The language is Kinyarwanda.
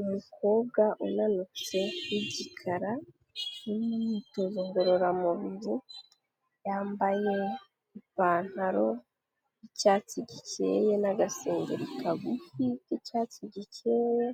Umukobwa unanutse w'igikara uri mu myitozo ngororamubiri, yambaye ipantaro y'icyatsi gikeye n'agasengeri kagufi k'icyatsi gikeye,